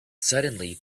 suddenly